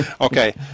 Okay